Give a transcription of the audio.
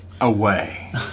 Away